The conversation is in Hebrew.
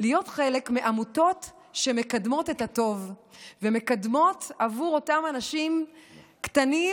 להיות חלק מעמותות שמקדמות את הטוב ומקדמות עבור אותם אנשים קטנים,